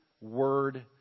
word